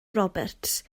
roberts